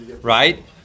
right